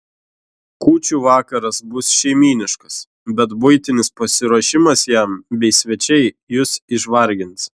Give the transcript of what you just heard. kūčių vakaras bus šeimyniškas bet buitinis pasiruošimas jam bei svečiai jus išvargins